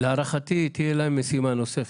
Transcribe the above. להערכתי תהיה להם משימה נוספת,